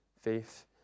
faith